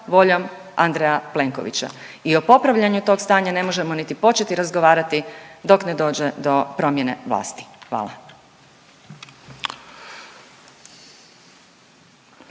voljom Andreja Plenkovića i o popravljanju tog stanja ne možemo niti početi razgovarati dok ne dođe do promjene vlasti. Hvala.